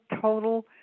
total